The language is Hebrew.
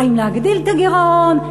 האם להגדיל את הגירעון?